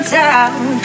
town